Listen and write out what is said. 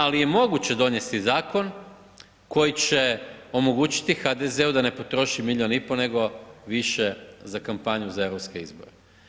Ali je moguće donesti zakon koji će omogućiti HDZ-u da ne potroši milijun i pol, nego više za kampanju za europske izbore.